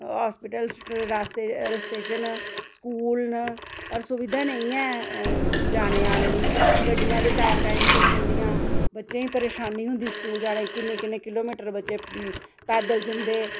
hospital रास्ते रस्ते च न स्कूल न पर सुविधा नेईं ऐं जाने आने दी गड्डियां बी टाइम टाइम सेर जन्दियां बच्चें गी परेशानी होंदी स्कूल जाने किन्ने किन्ने किलो मीटर बच्चे पैदल जन्दे